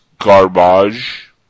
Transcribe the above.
garbage